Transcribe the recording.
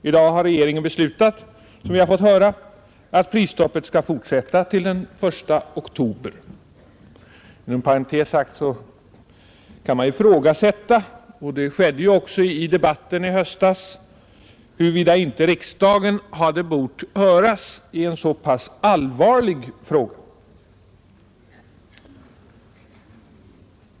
I dag har regeringen, som vi har fått höra, beslutat att prisstoppet skall fortsätta till den I oktober. Inom parentes sagt kan man ifrågasätta — och det skedde ju också i debatten i höstas — huruvida inte riksdagen hade bort höras i en så pass allvarlig fråga.